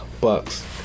Bucks